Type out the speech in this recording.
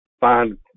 find